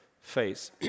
face